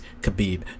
Khabib